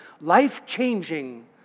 life-changing